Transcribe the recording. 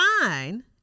fine